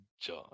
John